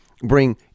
bring